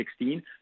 2016